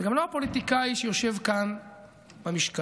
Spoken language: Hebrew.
וגם לא הפוליטיקאי שיושב כאן במשכן.